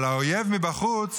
אבל האויב מבחוץ,